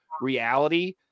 reality